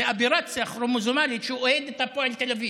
זה אברציה כרומוזומלית שהוא אוהד את הפועל תל אביב.